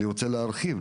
אני רוצה להרחיב,